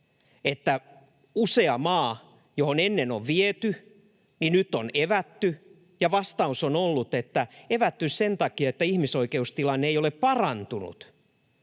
kohdalla, johon ennen on viety, vienti on nyt evätty, ja vastaus on ollut, että evätty sen takia, että ihmisoikeustilanne ei ole parantunut.